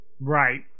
Right